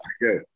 Good